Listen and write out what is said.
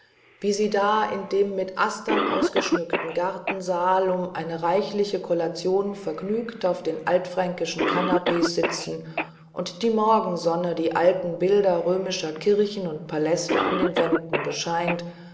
wie sie da in dem mit astern ausgeschmückten gartensaal um eine reichliche kollation vergnügt auf den altfränkischen kanapees sitzen und die morgensonne die alten bilder römischer kirchen und paläste an den wänden bescheint